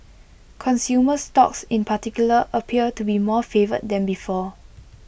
consumer stocks in particular appear to be more favoured than before